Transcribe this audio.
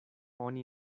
oni